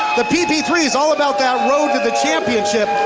the p p three is all about that road to the championship.